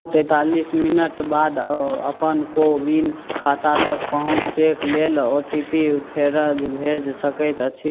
तैंतालिस मिनट बाद अपन कोविन खाता तक पहुँचैके लेल ओ टी पी फेर भेज सकै अछि